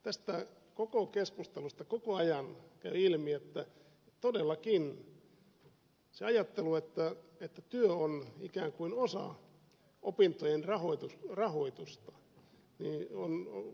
tästä koko keskustelusta koko ajan käy ilmi että todellakin se ajattelu että työ on ikään kuin osa opintojen rahoitusta on huolestuttavan yleinen